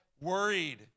worried